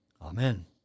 Amen